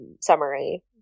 summary